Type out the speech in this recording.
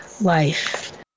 life